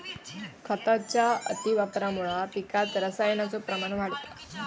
खताच्या अतिवापरामुळा पिकात रसायनाचो प्रमाण वाढता